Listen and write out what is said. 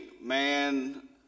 man